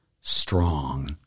strong